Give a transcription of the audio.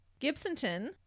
Gibsonton